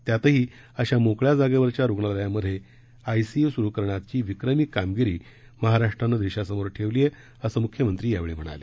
त्यातही अशा मोकळ्या जागेवरच्या रुग्णालयांमध्ये आयसीयु सुरू करण्याची विक्रमी कामगिरी महाराष्ट्रानं देशासमोर ठेवली आहे असं मुख्यमंत्री यावेळी म्हणाले